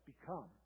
become